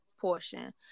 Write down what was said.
portion